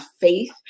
faith